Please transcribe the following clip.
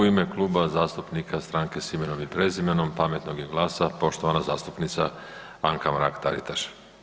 U ime Kluba zastupnika Stranke s imenom i prezimenom, Pametnog i GLAS-a poštovana zastupnica Anka Mrak Taritaš.